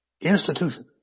institution